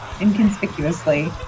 inconspicuously